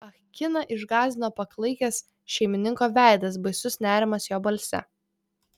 ah kiną išgąsdino paklaikęs šeimininko veidas baisus nerimas jo balse